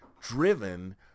driven